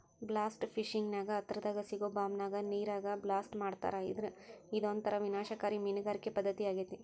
blast fishing ನ್ಯಾಗ ಹತ್ತರದಾಗ ಸಿಗೋ ಬಾಂಬ್ ನ ನೇರಾಗ ಬ್ಲಾಸ್ಟ್ ಮಾಡ್ತಾರಾ ಇದೊಂತರ ವಿನಾಶಕಾರಿ ಮೇನಗಾರಿಕೆ ಪದ್ದತಿಯಾಗೇತಿ